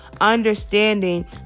understanding